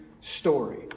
story